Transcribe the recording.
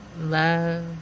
love